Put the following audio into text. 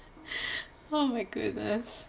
oh my goodness